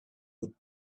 would